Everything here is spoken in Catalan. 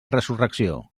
resurrecció